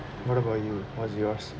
what about you what's yours